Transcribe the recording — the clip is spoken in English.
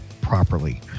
properly